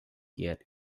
yet